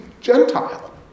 Gentile